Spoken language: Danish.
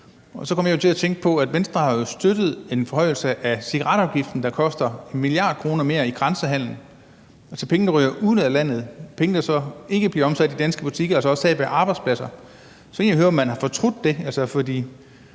Så kom jeg til at tænke på, at Venstre jo har støttet en forhøjelse af cigaretafgiften, der koster 1 mia. kr. mere i grænsehandel, altså penge, der ryger ud af landet og ikke bliver omsat i danske butikker, hvilket betyder tab af arbejdspladser. Jeg vil egentlig høre, om man har fortrudt det, for